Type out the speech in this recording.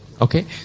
Okay